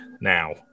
now